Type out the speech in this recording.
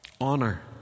Honor